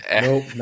Nope